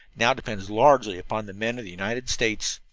now depends largely upon the men of the united states.